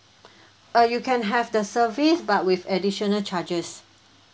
uh you can have the service but with additional charges